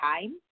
time